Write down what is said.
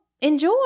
enjoy